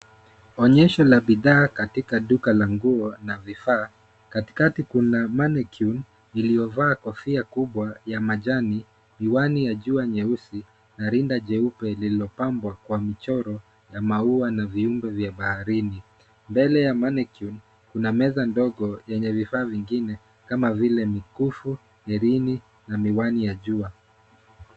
Onyesho la bidhaa katika duka la nguo na vifaa. Katikati kuna mannequin iliyovaa kofia kubwa ya majani, miwani ya jua nyeusi na rinda jeupe lililopambwa kwa michoro ya maua na viumbe vya baharini. Mbele ya mannequin kuna meza ndogo yenye vifaa vingine kama vile mikufu, herini na miwani ya jua.